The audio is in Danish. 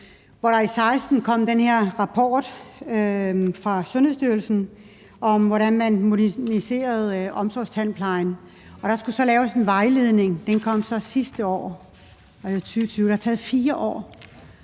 I 2016 kom den her rapport fra Sundhedsstyrelsen om, hvordan man moderniserer omsorgstandplejen. Der skulle så laves en vejledning, og den kom så sidste år, i 2020. Det har taget 4 år,